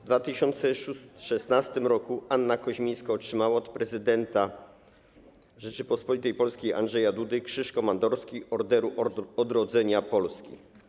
W 2016 r. Anna Koźmińska otrzymała od prezydenta Rzeczypospolitej Polskiej Andrzeja Dudy Krzyż Komandorski Orderu Odrodzenia Polski.